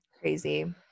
crazy